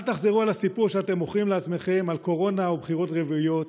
אל תחזרו על הסיפור שאתם מוכרים לעצמכם על קורונה או בחירות רביעיות,